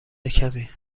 کمی